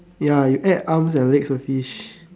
ya you add arms and legs to fish